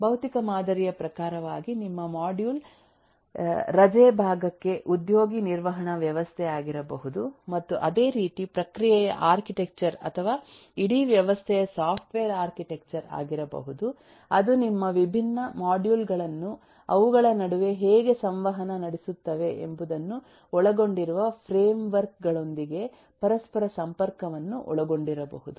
ಭೌತಿಕ ಮಾದರಿಯ ಪ್ರಕಾರವಾಗಿ ನಿಮ್ಮ ಮಾಡ್ಯೂಲ್ ರಜೆ ಭಾಗಕ್ಕೆ ಉದ್ಯೋಗಿ ನಿರ್ವಹಣಾ ವ್ಯವಸ್ಥೆಯಾಗಿರಬಹುದು ಮತ್ತು ಅದೇ ರೀತಿ ಪ್ರಕ್ರಿಯೆಯ ಆರ್ಕಿಟೆಕ್ಚರ್ ಅಥವಾ ಇಡೀ ವ್ಯವಸ್ಥೆಯ ಸಾಫ್ಟ್ವೇರ್ ಆರ್ಕಿಟೆಕ್ಚರ್ ಆಗಿರಬಹುದು ಅದು ನಿಮ್ಮ ವಿಭಿನ್ನ ಮಾಡ್ಯೂಲ್ ಗಳನ್ನು ಅವುಗಳ ನಡುವೆ ಹೇಗೆ ಸಂವಹನ ನಡೆಸುತ್ತವೆ ಎಂಬುದನ್ನು ಒಳಗೊಂಡಿರುವ ಫ್ರೇಮ್ ವರ್ಕ್ ಗಳೊಂದಿಗೆ ಪರಸ್ಪರ ಸಂಪರ್ಕವನ್ನು ಒಳಗೊಂಡಿರಬಹುದು